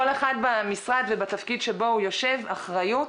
כל אחד במשרד ובתפקיד שבו הוא יושב, אחריות,